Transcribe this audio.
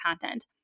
content